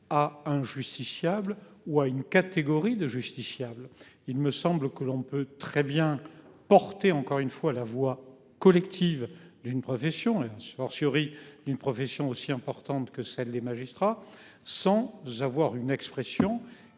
à injustifiable ou à une catégorie de justiciables. Il me semble que l'on peut très bien porté, encore une fois la voix collective d'une profession et fortiori d'une profession aussi importante que celle des magistrats sans nous avoir une expression